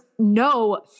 no